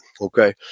okay